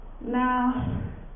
Now